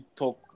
talk